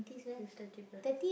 he's thirty plus